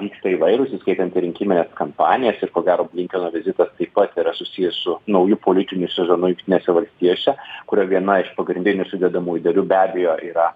vyksta įvairūs įskaitant ir rinkimines kampanijas ir ko gero blinkeno vizitas taip pat yra susijęs su nauju politiniu sezonu jungtinėse valstijose kurio viena iš pagrindinių sudedamųjų dalių be abejo yra